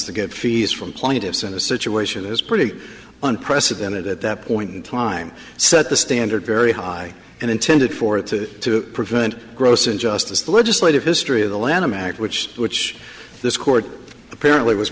to get fees from plaintiffs in a situation is pretty unprecedented at that point in time set the standard very high and intended for it to prevent gross injustice the legislative history of the lanham act which which this court apparently was